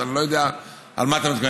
אז אני לא יודע למה אתה מתכוון.